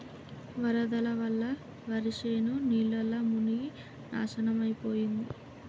వరదల వల్ల వరిశేను నీళ్లల్ల మునిగి నాశనమైపోయింది